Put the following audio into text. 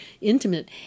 intimate